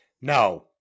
No